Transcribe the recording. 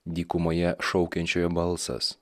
dykumoje šaukiančiojo balsas